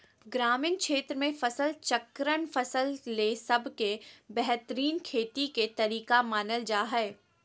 ग्रामीण क्षेत्र मे फसल चक्रण फसल ले सबसे बेहतरीन खेती के तरीका मानल जा हय